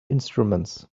instruments